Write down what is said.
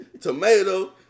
Tomato